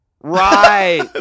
Right